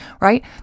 right